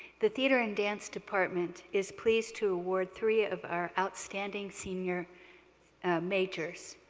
the theater and dance department is pleased to award three of our outstanding senior majors.